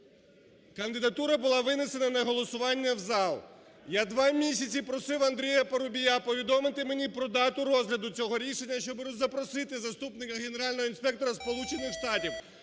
кандидатура була винесена на голосування в зал. Я два місяці просив Андрія Парубія повідомити мені про дату розгляду цього рішення, щоби запросити заступника Генерального інспектора